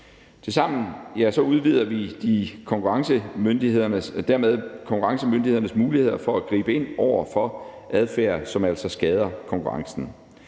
Tilsammen udvider vi dermed konkurrencemyndighedernes muligheder for at gribe ind over for adfærd, som altså skader konkurrencen.